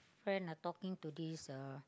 friend like talking to this uh